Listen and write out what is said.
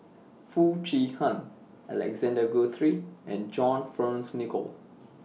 Foo Chee Han Alexander Guthrie and John Fearns Nicoll